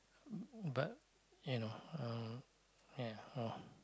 but you know uh ya